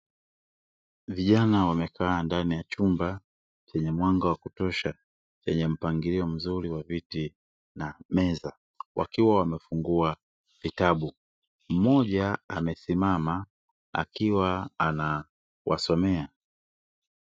Vijana wamekaa ndani ya chumba chenye mwanga wakutosha, chenye mpangilio mzuri wa viti na meza. Wakiwa wamefungua vitabu, mmoja amesimama akiwa anawasomea.